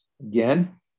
again